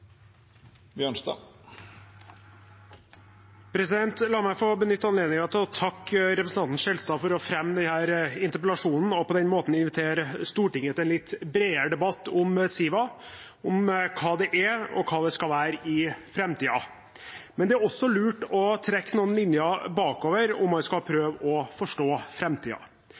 La meg få benytte anledningen til å takke representanten Skjelstad for å fremme denne interpellasjonen og på den måten invitere Stortinget til en litt bredere debatt om Siva – om hva det er, og hva det skal være i framtiden. Det er også lurt å trekke noen linjer bakover om man skal prøve å forstå